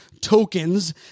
tokens